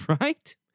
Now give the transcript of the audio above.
right